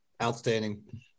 Outstanding